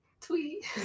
Tweet